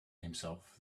himself